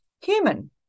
human